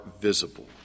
visible